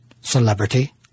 Celebrity